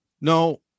No